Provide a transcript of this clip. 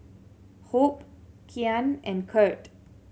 Hope Kyan and Curt